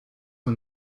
for